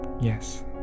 yes